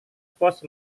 pos